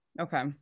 Okay